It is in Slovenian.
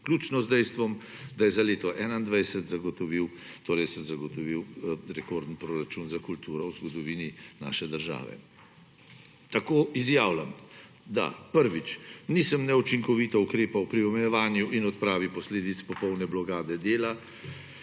vključno z dejstvom, da sem za leto 2021 zagotovil rekordni proračun za kulturo v zgodovini naše države. Tako izjavljam, da – prvič – nisem neučinkovito ukrepal pri omejevanju in odpravi posledic popoldne blokade dela